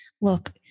look